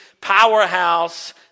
powerhouse